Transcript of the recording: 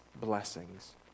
blessings